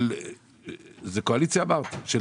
של קואליציה, של